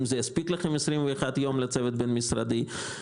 אם יספיקו לנו 21 יום לצוות בין משרדי.